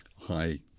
Hi